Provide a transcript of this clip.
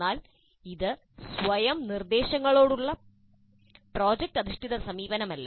എന്നാൽ ഇത് സ്വയം നിർദ്ദേശങ്ങളോടുള്ള പ്രോജക്റ്റ് അധിഷ്ഠിത സമീപനമല്ല